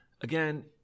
again